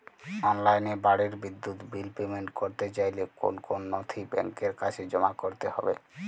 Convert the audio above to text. অনলাইনে বাড়ির বিদ্যুৎ বিল পেমেন্ট করতে চাইলে কোন কোন নথি ব্যাংকের কাছে জমা করতে হবে?